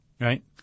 Right